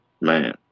man